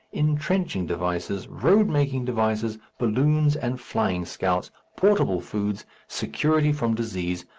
entrenching devices, road-making devices, balloons and flying scouts, portable foods, security from disease,